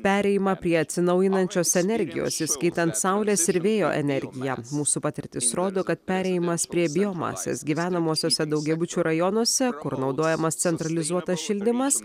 perėjimą prie atsinaujinančios energijos įskaitant saulės ir vėjo energiją mūsų patirtis rodo kad perėjimas prie biomasės gyvenamuosiuose daugiabučių rajonuose kur naudojamas centralizuotas šildymas